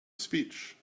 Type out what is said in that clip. speech